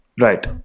Right